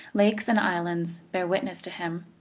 lakes and islands, bear witness to him.